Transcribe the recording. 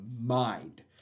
mind